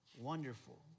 wonderful